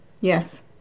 Yes